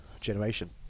generation